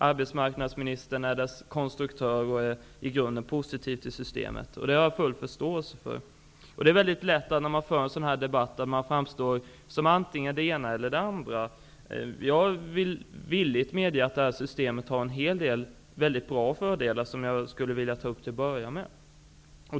Arbetsmarknadsministern är dess konstruktör och är i grunden positiv till det, vilket jag har full förståelse för. När man för en sådan här debatt är det lätt att man framstår som antingen det ena eller det andra. Jag kan villigt medge att detta system har en hel del mycket bra fördelar som jag till att börja med skulle vilja ta upp.